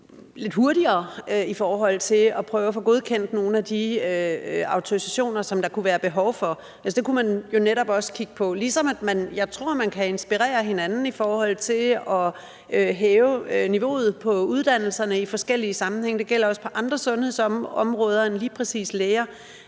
lidt hurtigere i forhold til at prøve at få godkendt nogle af de autorisationer, som der kunne være behov for. Det kunne man jo netop også kigge på, ligesom jeg tror, at man kan inspirere hinanden i forhold til at hæve niveauet på uddannelserne i forskellige sammenhænge. Det gælder også på andre sundhedsområder end lige præcis i